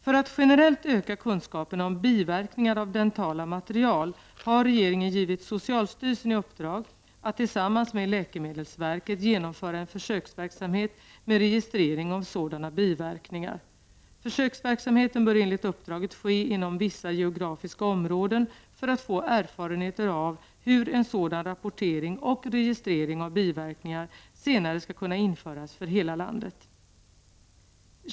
För att generellt öka kunskaperna om biverkningar av dentala material har regeringen givit socialstyrelsen i uppdrag att tillsammans med läkemedelsverket genomföra en försöksverksamhet med registrering av sådana biverkningar. Försöksverksamheten bör enligt uppdraget ske inom vissa geografiska områden för att man skall få erfarenheter av hur en sådan rapportering och registrering av biverkningar senare skall kunna införas för hela landet.